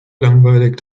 langweilig